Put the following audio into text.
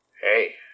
Hey